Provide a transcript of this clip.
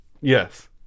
Yes